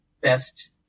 best